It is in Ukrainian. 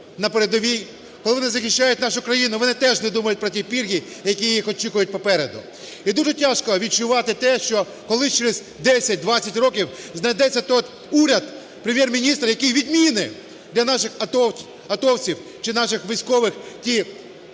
на передовій, коли вони захищають нашу країну, вони теж не думають про ті пільги, які їх очікують попереду. І дуже тяжко відчувати те, що колись, через 10-20 років знайдеться той уряд, Прем'єр-міністр, який відмінить для наших атовців, чи наших військових,